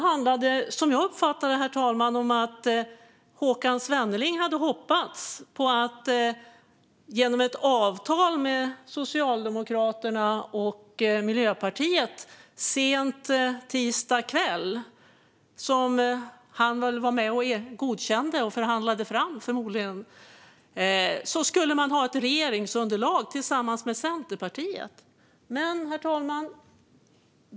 Som jag uppfattade det, herr talman, handlade det om att Håkan Svenneling hade hoppats på att man genom ett avtal med Socialdemokraterna och Miljöpartiet sent tisdag kväll, ett avtal som han förmodligen var med och förhandlade fram och godkände, skulle ha ett regeringsunderlag tillsammans med Centerpartiet.